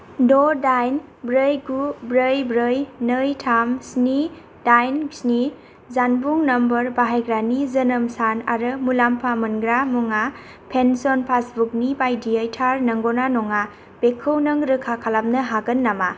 द' डाइन ब्रै गु ब्रै ब्रै नै थाम स्नि डाइन स्नि जानबुं नम्बर बाहायग्रानि जोनोम सान आरो मुलाम्फा मोनग्रा मुङा पेन्सन पासबुकनि बायदियै थार नंगौना नङा बेखौ नों रोखा खालामनो हागोन नामा